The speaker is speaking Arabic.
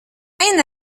أين